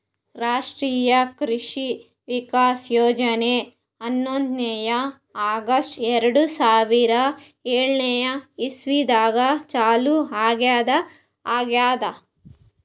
ರಾಷ್ಟ್ರೀಯ ಕೃಷಿ ವಿಕಾಸ್ ಯೋಜನೆ ಹನ್ನೊಂದನೇ ಆಗಸ್ಟ್ ಎರಡು ಸಾವಿರಾ ಏಳನೆ ಇಸ್ವಿದಾಗ ಚಾಲೂ ಆಗ್ಯಾದ ಆಗ್ಯದ್